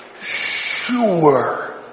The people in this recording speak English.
sure